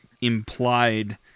implied